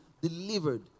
delivered